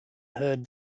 heard